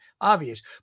obvious